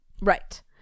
Right